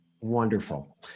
Wonderful